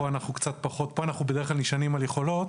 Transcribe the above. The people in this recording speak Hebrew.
פה אנחנו בדרך כלל נשענים על יכולות